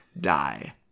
die